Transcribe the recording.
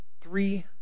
three